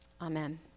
Amen